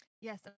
Yes